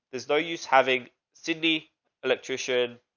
there's no use having sydney electrician,